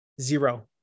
Zero